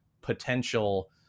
potential